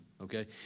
okay